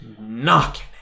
knocking